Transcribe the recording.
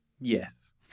Yes